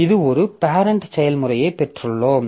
இது ஒரு பேரெண்ட் செயல்முறையை பெற்றுள்ளோம்